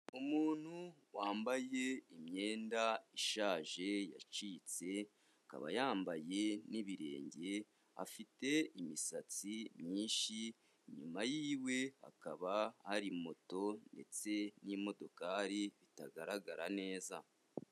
Umuntu wambaye imyenda ishaje yacitse, akaba yambaye n'ibirenge, afite imisatsi myinshi, inyuma yiwe hakaba hari moto ndetse n'imodokari bitagaragara neza.